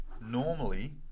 normally